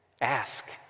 ask